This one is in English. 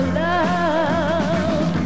love